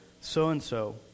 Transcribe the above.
so-and-so